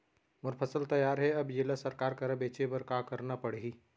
मोर फसल तैयार हे अब येला सरकार करा बेचे बर का करना पड़ही?